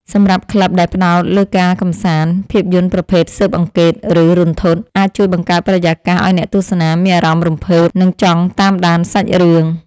សម្រាប់ក្លឹបដែលផ្ដោតលើការកម្សាន្ត ភាពយន្តប្រភេទស៊ើបអង្កេត ឬរន្ធត់ អាចជួយបង្កើតបរិយាកាសឱ្យអ្នកទស្សនាមានអារម្មណ៍រំភើប និងចង់តាមដានសាច់រឿង។